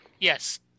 Yes